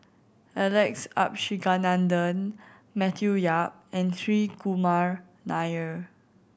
Alex Abisheganaden Matthew Yap and Hri Kumar Nair